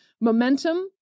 Momentum